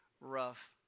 rough